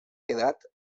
quedat